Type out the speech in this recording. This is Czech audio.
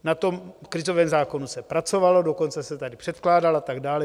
Na tom krizovém zákonu se pracovalo, dokonce se tady předkládal a tak dále.